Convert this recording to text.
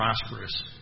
prosperous